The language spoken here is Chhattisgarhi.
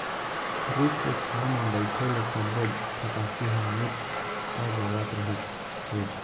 रूख के छांव म बइठे ले सब्बो थकासी ह मिटा जावत रहिस हे